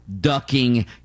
ducking